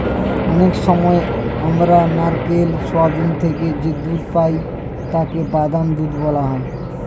অনেক সময় আমরা নারকেল, সোয়াবিন থেকে যে দুধ পাই তাকে বাদাম দুধ বলা হয়